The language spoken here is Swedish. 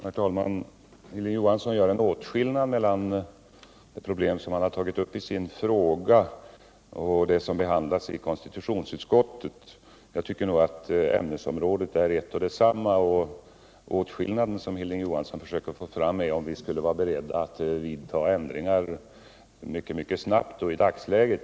Herr talman! Hilding Johansson gör åtskillnad mellan det problem han har tagit uppisin fråga och det som behandlas i konstitutionsutskottet. Jag tycker att ämnesområdet är ett och detsamma. Åtskillnaden som Hilding Johansson försöker få fram uppstår först om vi skulle vara beredda att vidta ändringar mycket snabbt och i dagsläget.